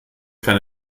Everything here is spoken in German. keine